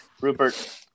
Rupert